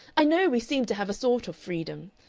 i know we seem to have a sort of freedom.